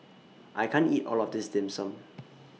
I can't eat All of This Dim Sum